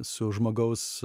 su žmogaus